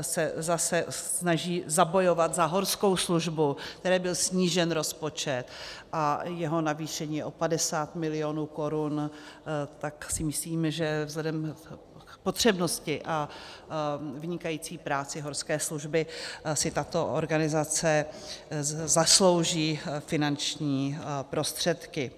se zase snaží zabojovat za Horskou službu, které byl snížen rozpočet, a jeho navýšení je o 50 milionů korun, tak si myslím, že vzhledem k potřebnosti a vynikající práci Horské služby si tato organizace zaslouží finanční prostředky.